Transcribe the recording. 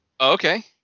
okay